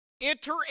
enter